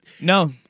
No